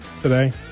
today